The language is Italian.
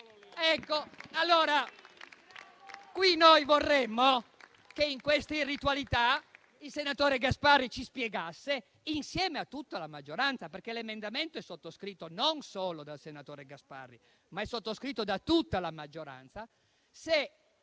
Dunque vorremmo che, in questa irritualità, il senatore Gasparri ci spiegasse, insieme a tutta la maggioranza, perché l'emendamento è sottoscritto non solo dal senatore Gasparri, ma da senatori di tutta la maggioranza, se